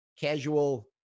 casual